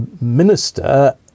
minister